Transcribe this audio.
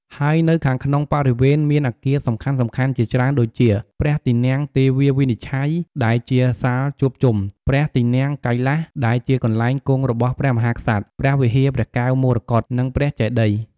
ហើយនៅខាងក្នុងបរិវេណមានអគារសំខាន់ៗជាច្រើនដូចជា ព្រះទីនាំងទេវាវិនិច្ឆ័យ ដែលជាសាលជួបជុំ ព្រះទីនាំងកៃលាស ដែលជាកន្លែងគង់របស់ព្រះមហាក្សត្រ ព្រះវិហារព្រះកែវមរកត និងព្រះចេតិយ។